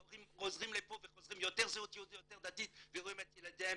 ההורים חוזרים לפה עם זהות יותר דתית ורואים את ילדיהם